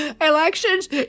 elections